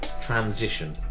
transition